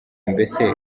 mbese